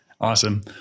Awesome